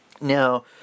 Now